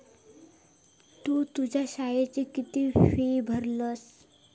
तु तुझ्या शाळेची किती फी भरलस?